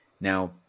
now